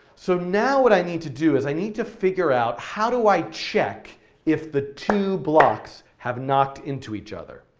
so now what i need to do is i need to figure out, how do i check if the two blocks have knocked into each other?